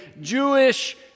Jewish